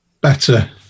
Better